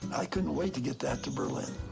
i couldn't wait to get that to berlin.